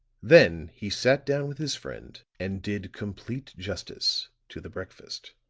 then he sat down with his friend and did complete justice to the breakfast.